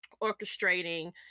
orchestrating